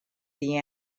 the